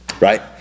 Right